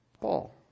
Paul